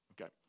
Okay